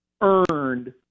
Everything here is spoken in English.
earned